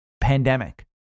pandemic